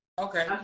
Okay